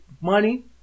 money